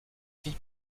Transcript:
vie